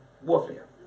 warfare